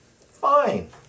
Fine